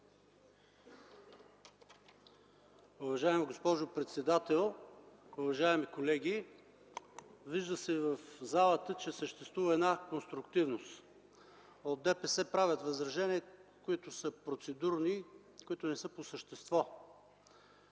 Уважаема госпожо председател, уважаеми колеги! Вижда се, че в залата съществува конструктивност. От ДПС правят възражения, които са процедурни, които не са по същество.